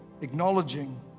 acknowledging